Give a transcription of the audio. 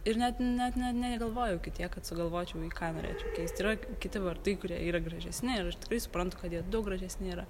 ir net net ne negalvoju tiek kad sugalvočiau į ką norėčiau keist yra kiti vardai kurie yra gražesni ir aš tikrai suprantu kad jie daug gražesni yra